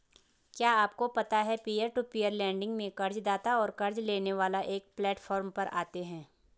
क्या आपको पता है पीयर टू पीयर लेंडिंग में कर्ज़दाता और क़र्ज़ लेने वाला एक प्लैटफॉर्म पर आते है?